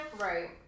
Right